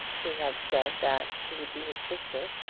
he had said that she would be his sister,